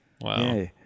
Wow